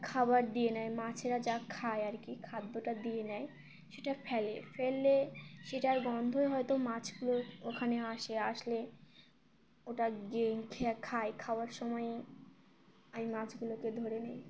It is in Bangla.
খাবার দিয়ে নেয় মাছেরা যা খায় আর কি খাদ্যটা দিয়ে নেয় সেটা ফেলে ফেললে সেটার গন্ধয় হয়তো মাছগুলো ওখানে আসে আসলে ওটা খায় খাওয়ার সময়ে আমি মাছগুলোকে ধরে নিই